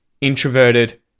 introverted